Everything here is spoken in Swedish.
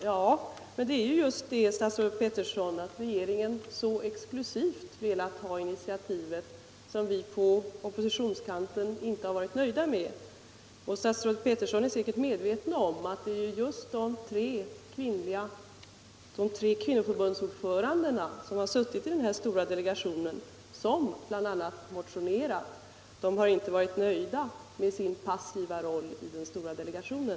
Herr talman! Det är ju just det, statsrådet Peterson, att regeringen så exklusivt velat ha initiativet som vi på oppositionskanten inte varit nöjda med. Statsrådet är säkert medveten om att det bl.a. är de tre kvinnoförbundsordförandena som suttit i den stora delegationen som också motionerat i frågan. De har inte varit nöjda med sin passiva roll i den stora delegationen.